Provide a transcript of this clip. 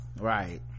right